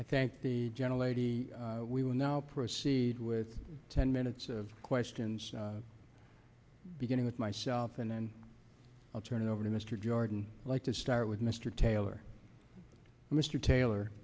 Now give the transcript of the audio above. i thank the general a the we will now proceed with ten minutes of questions beginning with myself and then i'll turn it over to mr jordan like to start with mr taylor and mr taylor